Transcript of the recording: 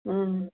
ம்